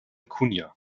cunha